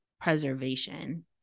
preservation